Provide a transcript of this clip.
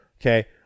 Okay